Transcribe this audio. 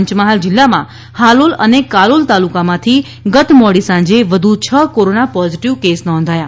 પંચમહાલ જીલ્લામાં હાલોલ અને કાલોલ તાલુકામાંથી ગત મોડી સાંજે વધુ છ કોરોના પોઝીટીવ કેસ નોંધાયા છે